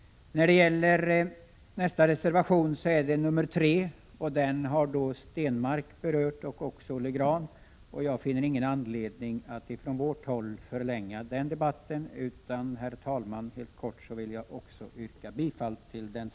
Reservation nr 3 har berörts av både Per Stenmarck och Olle Grahn, och jag finner ingen anledning att från vårt håll utveckla detta ytterligare. Jag yrkar därför bifall också till den reservationen.